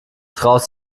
traust